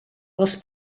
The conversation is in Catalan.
les